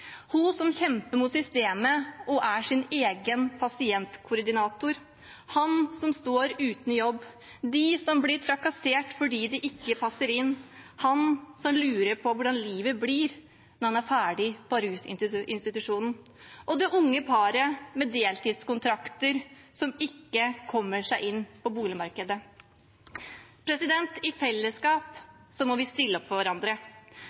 hun som kjemper mot systemet og er sin egen pasientkoordinator, han som står uten jobb, de som blir trakassert fordi de ikke passer inn, han som lurer på hvordan livet blir når han er ferdig på rusinstitusjonen, og det unge paret med deltidskontrakter som ikke kommer seg inn på boligmarkedet. I fellesskap må vi stille opp for hverandre.